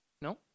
no